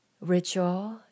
Ritual